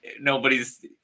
nobody's